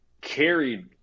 carried